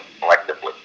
collectively